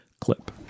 clip